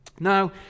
Now